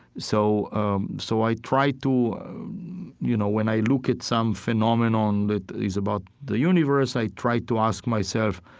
so um so i try to you know when i look at some phenomenon that is about the universe, i try to ask myself,